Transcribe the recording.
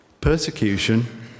Persecution